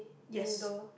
yes